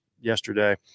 yesterday